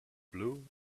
blue